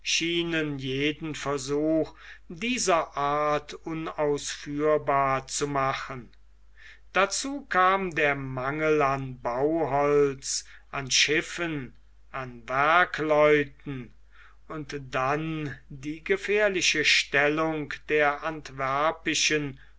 jeden versuch dieser art unausführbar zu machen dazu kam der mangel an bauholz an schiffen an werkleuten und dann die gefährliche stellung zwischen der